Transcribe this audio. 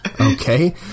Okay